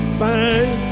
fine